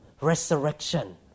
resurrection